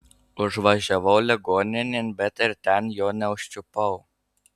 užvažiavau ligoninėn bet ir ten jo neužčiupau